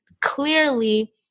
clearly